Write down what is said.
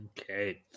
Okay